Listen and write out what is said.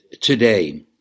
today